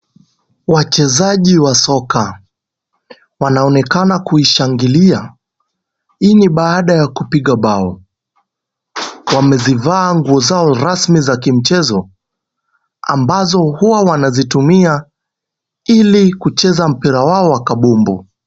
Wachezaji wa soka, wanaonekana kuishangilia, hii ni baada ya kupiga bao, wamezivaa nguo zao rasmi za kimchezo, ambazo huwa wanazitumia ili kucheza mpira wao wa kabumbu.